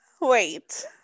Wait